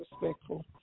respectful